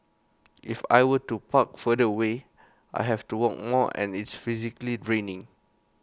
if I were to park further away I have to walk more and it's physically draining